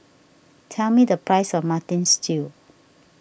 tell me the price of Mutton Stew